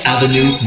Avenue